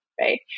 right